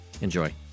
Enjoy